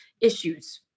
issues